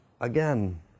again